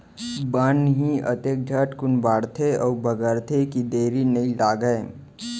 बन ही अतके झटकुन बाढ़थे अउ बगरथे कि देरी नइ लागय